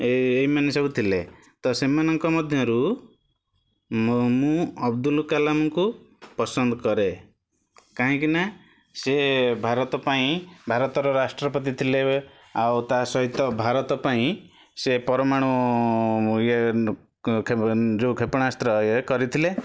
ଏ ଏଇ ମାନେ ସବୁ ଥିଲେ ତ ସେମାନଙ୍କ ମଧ୍ୟରୁ ମୁଁ ମୁଁ ଅବୁଦୁଲ କାଲାମ୍ କୁ ପସନ୍ଦ କରେ କାହିଁକି ନା ସେ ଭାରତ ପାଇଁ ଭାରତର ରାଷ୍ଟ୍ରପତି ଥିଲେ ଆଉ ତା ସହିତ ଭାରତ ପାଇଁ ସେ ପରମାଣୁ ୟେ ଯେଉଁ କ୍ଷେପଣାସ୍ତ୍ର ଇଏ କରିଥିଲେ